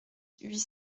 huit